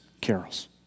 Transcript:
carols